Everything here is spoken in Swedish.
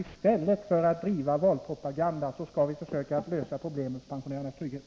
I stället för att driva valpropaganda tycker jag att vi skall försöka lösa problemet med pensionärernas trygghet.